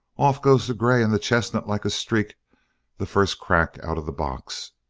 off goes the grey and the chestnut like a streak the first crack out of the box,